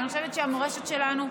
ואני חושבת שהמורשת שלנו,